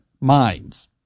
minds